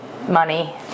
money